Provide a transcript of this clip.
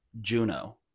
Juno